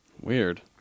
Weird